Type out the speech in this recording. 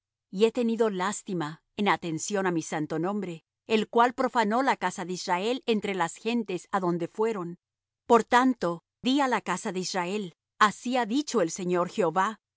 y he tenido lástima en atención á mi santo nombre el cual profanó la casa de israel entre las gentes á donde fueron por tanto di á la casa de israel así ha dicho el señor jehová